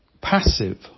passive